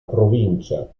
provincia